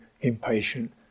impatient